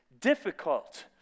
difficult